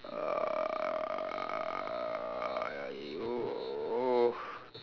uh !aiyo!